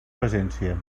presència